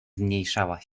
zmniejszała